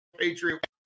Patriot